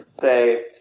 say